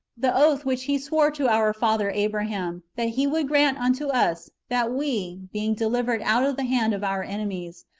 the oath which he sware to our father abraham, that he would grant unto us, that we, being delivered out of the hand of our enemies,